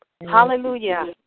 Hallelujah